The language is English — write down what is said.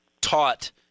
taught